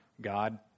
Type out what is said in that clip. God